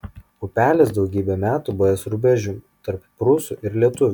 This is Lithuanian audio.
upelis daugybę metų buvęs rubežium tarp prūsų ir lietuvių